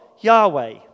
Yahweh